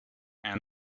and